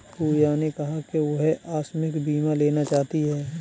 पूजा ने कहा कि वह आकस्मिक बीमा लेना चाहती है